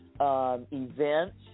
Events